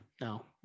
No